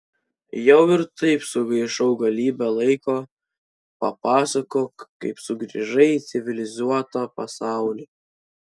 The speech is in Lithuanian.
jau ir taip sugaišau galybę laiko papasakok kaip sugrįžai į civilizuotą pasaulį